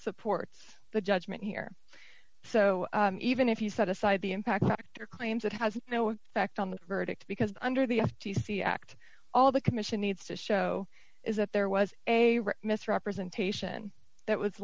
supports the judgment here so even if you set aside the impactor claims it has no effect on the verdict because under the f t c act all the commission needs to show is that there was a misrepresentation that was